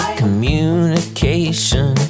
communication